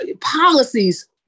policies